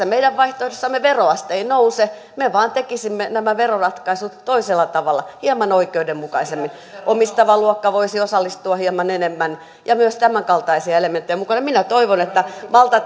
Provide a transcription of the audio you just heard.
meidän vaihtoehdossamme veroaste ei nouse me vain tekisimme nämä veroratkaisut toisella tavalla hieman oikeudenmukaisemmin omistava luokka voisi osallistua hieman enemmän ja myös tämänkaltaisia elementtejä on mukana minä toivon että